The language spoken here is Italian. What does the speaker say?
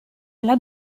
alla